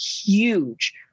huge